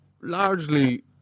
largely